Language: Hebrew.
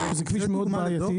זה כביש מאוד בעייתי.